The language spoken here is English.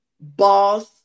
boss